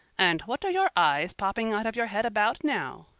and what are your eyes popping out of your head about. now?